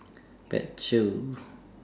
pet show